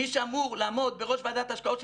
מי שאמור לעמוד בראש ועדת ההשקעות של